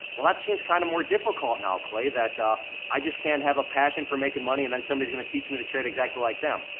well that seems kind of more difficult now clay that i just can't have a passion for making money and then somebody's gonna teach me to trade exactly like them.